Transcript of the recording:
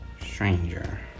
stranger